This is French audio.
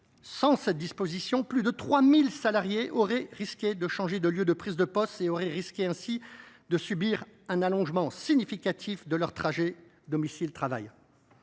Sans cette disposition, plus de 3 000 salariés auraient risqué de changer de lieu de prise de poste et, ainsi, de subir un allongement significatif de leurs trajets domicile travail.